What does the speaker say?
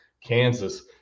Kansas